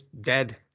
dead